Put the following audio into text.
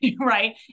right